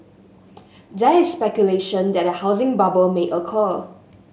there is speculation that a housing bubble may occur